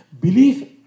Belief